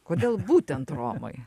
kodėl būtent romai